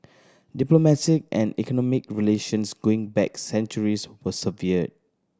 diplomatic and economic relations going back centuries were severed